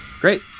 great